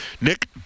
Nick